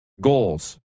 goals